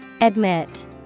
admit